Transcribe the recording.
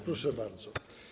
Proszę bardzo.